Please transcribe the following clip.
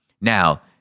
Now